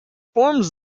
forms